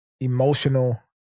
emotional